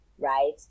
right